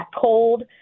cold